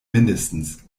mindestens